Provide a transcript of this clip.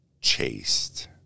chased